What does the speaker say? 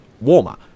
warmer